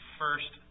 first